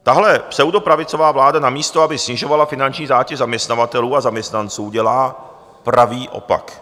Tahle pseudopravicová vláda namísto aby snižovala finanční zátěž zaměstnavatelů a zaměstnanců, dělá pravý opak.